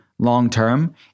long-term